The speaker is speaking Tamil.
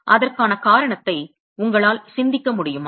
அதற்கான காரணத்தை உங்களால் சிந்திக்க முடியுமா